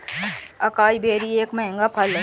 acai berry एक महंगा फल है